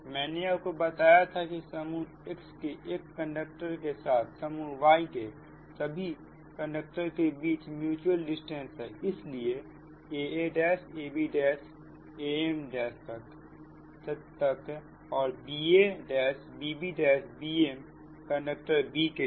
मैंने आपको बताया था कि समूह x के एक कंडक्टर के तथा समूह Y के सभी कंडक्टर के बीच के म्यूच्यूअल डिस्टेंस हैं इसलिए aaabam तकba bb bm कंडक्टर b के लिए